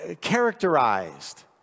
characterized